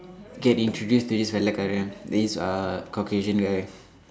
get introduced to this வெள்ளைக்காரன்:vellaikkaaran this uh Caucasian guy